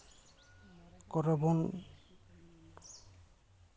ᱠᱚᱨᱮ ᱵᱚᱱ